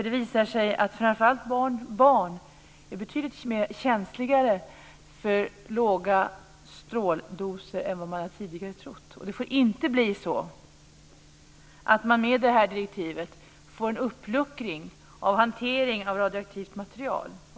Det visar sig att framför allt barn är betydligt känsligare för låga stråldoser än vad man tidigare trott. Det får inte bli så att man med detta direktiv får en uppluckring av hanteringen av radioaktivt material.